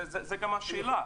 זאת גם השאלה.